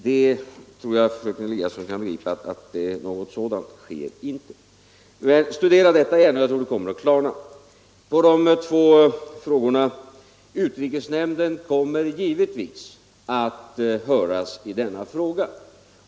Jag tror att fröken Eliasson kan begripa att något röjande av försvarshemligheter inte sker i sådana här sammanhang. Men studera gärna detta — jag tror att det kommer att klarna. På de två frågorna vill jag svara följande. För det första: Utrikesnämnden kommer givetvis att höras i denna fråga.